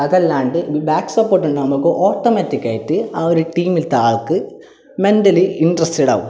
അതല്ലാണ്ട് ഇനി back support ഉണ്ടാവുമ്പോഴേക്ക് ഓട്ടോമാറ്റിക്കായിട്ട് ആ ഒരു ടീമിലത്തെ ആൾക്ക് മെൻ്റലി ഇൻ്ററെസ്റ്റെഡാവും